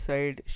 Side